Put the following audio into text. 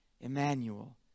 Emmanuel